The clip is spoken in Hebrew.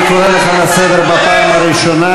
אני קורא אותך לסדר בפעם הראשונה.